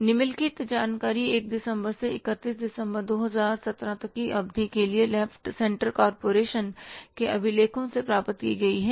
निम्नलिखित जानकारी 1 दिसंबर से 31 दिसंबर 2017 तक की अवधि के लिए लेफ्ट सेंटर कॉरपोरेशन के अभिलेखों से प्राप्त की गई है